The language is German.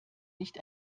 nicht